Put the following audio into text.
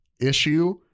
issue